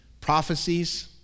prophecies